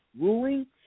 ruling